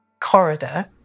corridor